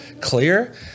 clear